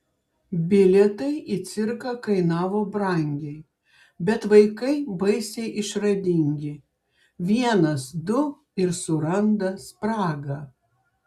bilietai į cirką kainavo brangiai bet vaikai baisiai išradingi vienas du ir suranda spragą